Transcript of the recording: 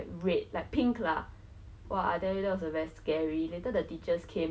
it was just like one of us that were running away from the blind mice